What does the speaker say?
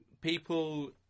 people